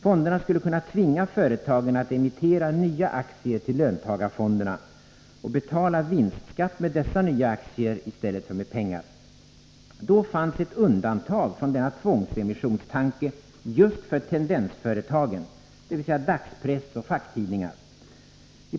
Fonderna skulle kunna tvinga företagen att emittera nya aktier till löntagarfonderna och betala vinstskatt med dessa nya aktier i stället för med pengar. Då fanns ett undantag från denna tvångsemissionstanke just för de s.k. tendensföretagen, dvs. dagspress, facktidningar m.m.